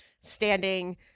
standing